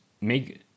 make